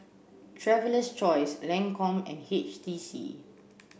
traveler's Choice Lancome and H T C